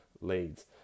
leads